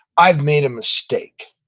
i've made a mistake.